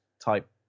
type